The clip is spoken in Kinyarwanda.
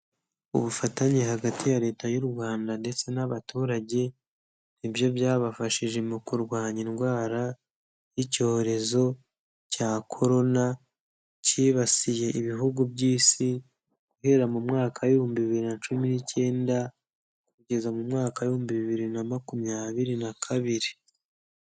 Ubufatanye hagati ya Leta y'u Rwanda ndetse n'abaturage, ni byo byabafashije mu kurwanya indwara y'icyorezo cya korona cyibasiye ibihugu by'Isi, guhera mu mwaka w'ibihumbi bibiri na cumi n'icyenda kugeza mu mwaka w'ibihumbi bibiri na makumyabiri na kabiri.